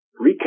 recap